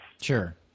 Sure